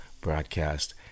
broadcast